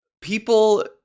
people